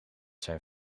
zijn